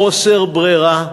חוסר ברירה,